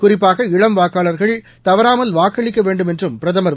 குறிப்பாக இளம் வாக்காளர்கள் தவறாமல் வாக்களிக்க வேண்டும் என்றம் பிரதமர் திரு